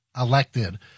elected